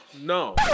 No